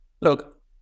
Look